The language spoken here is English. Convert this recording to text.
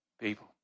people